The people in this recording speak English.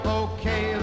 okay